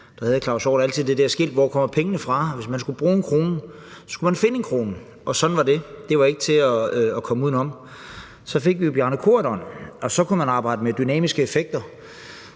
et skilt stående, hvor der stod »Hvor kommer pengene fra?«. Hvis man skulle bruge 1 kr., skulle man finde 1 kr., og sådan var det. Det var ikke til at komme udenom. Så fik vi Bjarne Corydon som finansminister, og så kunne man arbejde med dynamiske effekter.